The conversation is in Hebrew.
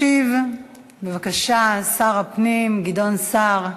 ישיב, בבקשה, שר הפנים גדעון סער,